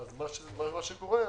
מה שקורה,